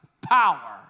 power